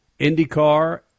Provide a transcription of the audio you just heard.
IndyCar